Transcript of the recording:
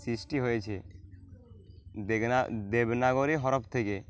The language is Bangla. সৃষ্টি হয়েছে দেবনা দেবনাগরি হরফ থেকে